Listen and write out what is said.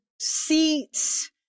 seats